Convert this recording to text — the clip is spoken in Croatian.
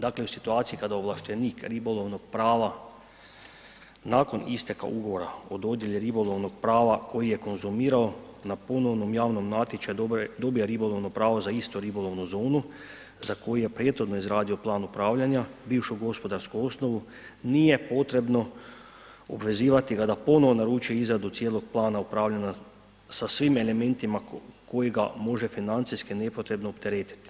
Dakle u situaciji kada ovlaštenik ribolovnog prava nakon isteka ugovora o dodjeli ribolovnog prava koji je konzumirao na ponovnom javnom natječaju dobije ribolovno pravo za istu ribolovnu zonu za koju je prethodno izradio plan upravljanja, bivšu gospodarsku osnovu nije potrebno obvezvati ga da da ponovno naručuje izradu cijelog plana upravljanja sa svim elementima koji ga može financijski nepotrebno opteretiti.